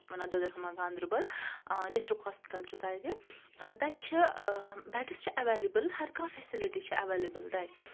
تَتھ چھِ وَنان دۄدرہُما گاندَربَل ڈِسٹرک ہوسپِٹَل چھُ تَتہِ تَتہِ چھِ بٮ۪ڈٕس چھِ اَویلیبل ہَر کانٛہہ فیسِلِٹی چھِ اَویلینل تَتہِ